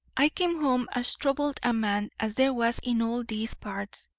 i came home as troubled a man as there was in all these parts.